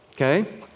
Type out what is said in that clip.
okay